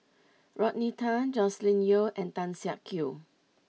Rodney Tan Joscelin Yeo and Tan Siak Kew